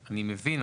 מבין.